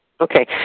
Okay